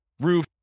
roof